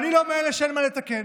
אני לא מאלה שחושבים שאין מה לתקן.